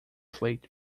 slate